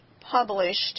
published